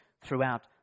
throughout